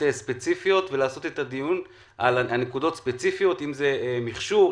ספציפיות ולקיים דיון על נקודות ספציפיות מכשור,